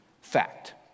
fact